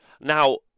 now